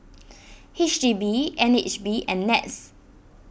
H D B N H B and Nets